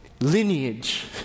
lineage